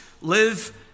live